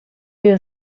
you